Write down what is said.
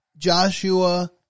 Joshua